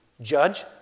judge